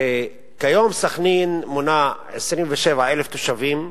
כיום סח'נין מונה 27,000 תושבים,